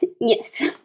yes